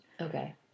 Okay